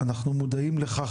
אנחנו מודעים לכך